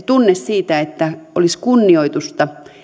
tunne siitä että kunnioitusta